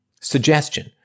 suggestion